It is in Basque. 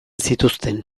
zituzten